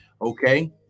okay